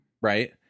right